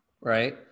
right